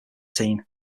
team